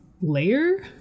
layer